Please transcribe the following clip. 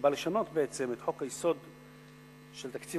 שבא לשנות בעצם את חוק-היסוד של תקציב